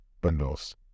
bundles